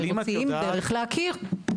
מוצאים דרך להכיר.